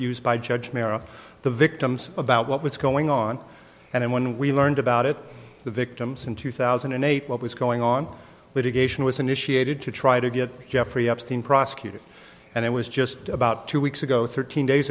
used by judge marrow the victims about what was going on and when we learned about it the victims in two thousand and eight what was going on litigation was initiated to try to get geoffrey epstein prosecuted and it was just about two weeks ago thirteen days